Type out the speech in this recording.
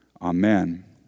Amen